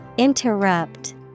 Interrupt